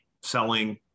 selling